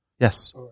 Yes